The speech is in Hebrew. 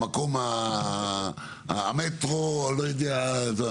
המקום המטרו לא יודע,